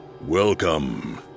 welcome